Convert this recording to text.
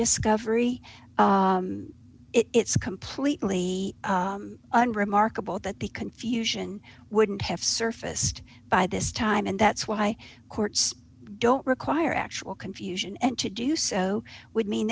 discovery it's completely unremarkable that the confusion wouldn't have surfaced by this time and that's why courts don't require actual confusion and to do so would mean